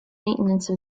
maintenance